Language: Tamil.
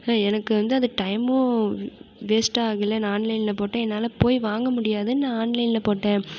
எனக்கு வந்து அது டைமும் வேஸ்ட் ஆகலை நான் ஆன்லைனில் போட்டால் என்னால் போய் வாங்க முடியாதுன்னு நான் ஆன்லைனில் போட்டேன்